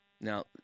Now